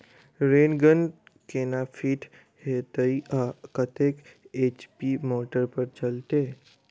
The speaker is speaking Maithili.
रेन गन केना फिट हेतइ आ कतेक एच.पी मोटर पर चलतै?